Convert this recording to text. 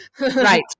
right